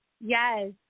Yes